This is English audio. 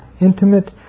intimate